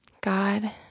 God